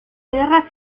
guerra